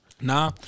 nah